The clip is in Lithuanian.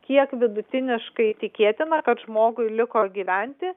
kiek vidutiniškai tikėtina kad žmogui liko gyventi